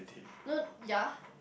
no ya